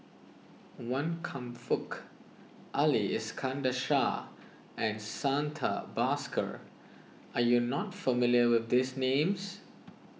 Wan Kam Fook Ali Iskandar Shah and Santha Bhaskar are you not familiar with these names